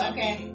Okay